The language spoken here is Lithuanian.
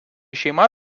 šeima